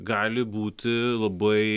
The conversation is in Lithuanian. gali būti labai